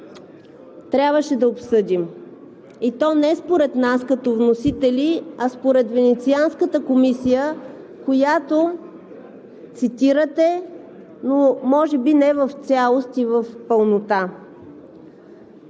трябваше да обсъдим, и то не според нас като вносители, а според Венецианската комисия, която цитирате, но може би не в цялост и в пълнота.